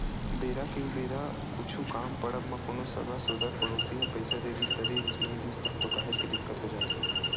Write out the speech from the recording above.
बेरा के उबेरा कुछु काम पड़ब म कोनो संगा सोदर पड़ोसी ह पइसा दे दिस त देदिस नइ दिस तब तो काहेच के दिक्कत हो जाथे